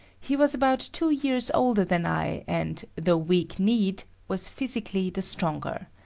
he was about two years older than i, and, though weak-kneed, was physically the stronger.